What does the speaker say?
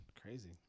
Crazy